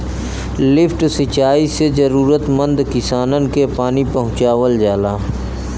lift सिंचाई से जरूरतमंद किसानन के पानी पहुंचावल जाला